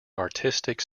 artistic